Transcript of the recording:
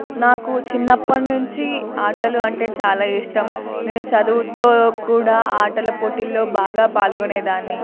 నాకు చిన్నప్పటి నుంచి ఆటలు అంటే చాలా ఇష్టం నేను చదువుతో కూడా ఆటలు పోటీల్లో బాగా పాల్గొనేదాన్ని